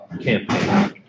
campaign